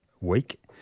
week